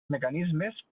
mecanismes